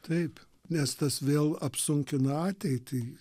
taip nes tas vėl apsunkina ateitį